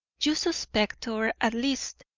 you suspect, or, at least,